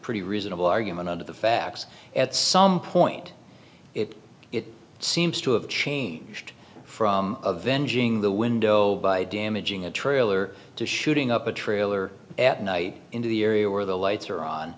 pretty reasonable argument under the facts at some point it seems to have changed from avenging the window by damaging a trailer to shooting up a trailer at night into the area where the lights are on